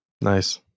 Nice